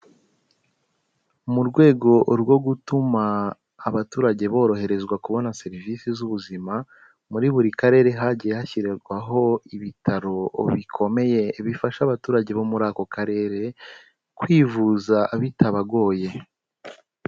Mu rwego rwo gutuma abaturage boroherezwa kubona serivisi z'ubuzima, muri buri karere hagiye hashyirwaho ibitaro bikomeye bifasha abaturage bo muri ako karere kwivuza bitabagoye.